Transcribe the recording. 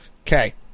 Okay